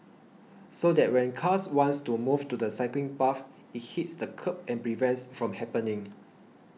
so that when cars wants to move to the cycling path it hits the kerb and prevents from happening